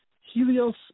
Helios